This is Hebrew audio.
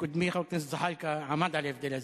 וקודמי חבר הכנסת זחאלקה עמד על ההבדל הזה.